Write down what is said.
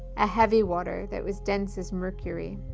a heavy water that was dense as mercury,